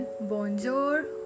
bonjour